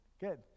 good